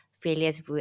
failures